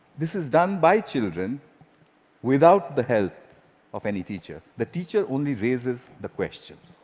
this is done by children without the help of any teacher. the teacher only raises the question,